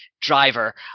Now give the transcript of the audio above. driver